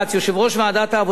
יושב-ראש ועדת העבודה,